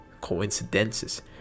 coincidences